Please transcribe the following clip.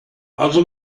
also